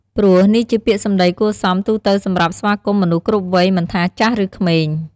ព្រោះនេះជាពាក្យសម្ដីគួរសមទូទៅសម្រាប់ស្វាគមន៍មនុស្សគ្រប់វ័យមិនថា ចាស់ ឬក្មេង។